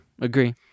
Agree